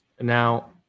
Now